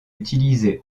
utilisés